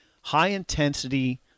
high-intensity